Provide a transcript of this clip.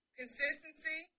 consistency